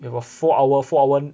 we have a four hour four hour